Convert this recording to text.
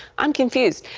i'm confused,